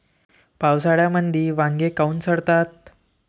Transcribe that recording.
पावसाळ्यामंदी वांगे काऊन सडतात?